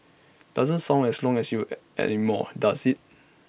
doesn't sound as long as you anymore does IT